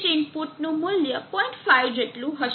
5 જેટલું હશે